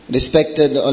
Respected